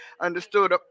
understood